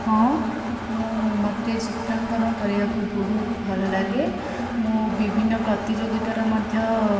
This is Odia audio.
ହଁ ମୁଁ ମୋତେ ଚିତ୍ରାଙ୍କନ କରିବାକୁ ବହୁତ ଭଲଲାଗେ ମୁଁ ବିଭିନ୍ନ ପ୍ରତିଯୋଗିତାର ମଧ୍ୟ